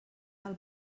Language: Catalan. del